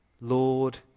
Lord